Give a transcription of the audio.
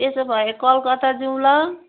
त्यसोभए कलकत्ता जाऊँ ल